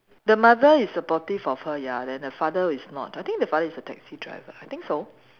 the mother is supportive of her ya then the father is not I think the father is a taxi driver I think so